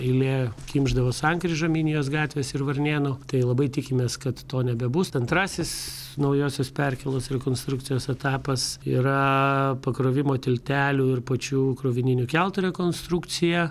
eilė kimšdavo sankryžą minijos gatvės ir varnėnų tai labai tikimės kad to nebebus antrasis naujosios perkėlos rekonstrukcijos etapas yra pakrovimo tiltelių ir pačių krovininių keltų rekonstrukcija